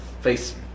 Face